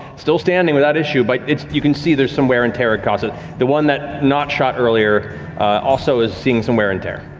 still standing without issue, but you can see there's some wear and tear. the one that nott shot earlier also is seeing some wear and tear.